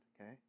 okay